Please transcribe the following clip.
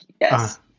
yes